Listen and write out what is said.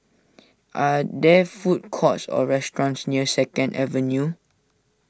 are there food courts or restaurants near Second Avenue